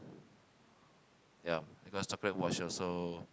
ya because chocolate watch also